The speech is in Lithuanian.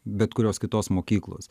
bet kurios kitos mokyklos